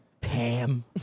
Pam